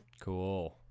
Cool